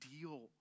deal